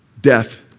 death